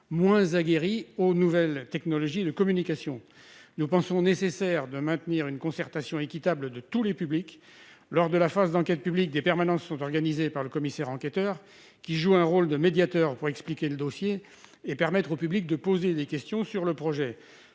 peu aguerrie aux nouvelles technologies de communication. Nous pensons qu'il est nécessaire de maintenir une concertation équitable de tous les publics. Lors de la phase d'enquête publique, des permanences sont organisées par le commissaire enquêteur, qui joue un rôle de médiateur pour expliquer le dossier et permettre au public de poser des questions sur le projet.